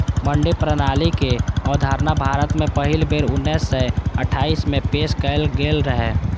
मंडी प्रणालीक अवधारणा भारत मे पहिल बेर उन्नैस सय अट्ठाइस मे पेश कैल गेल रहै